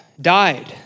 died